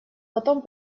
потом